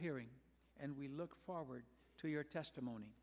hearing and we look forward to your testimony